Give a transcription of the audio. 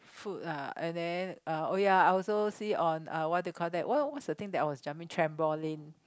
food ah and then oh ya I also see on uh what do you call that what what's the thing that I was jumping trampoline